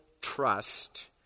trust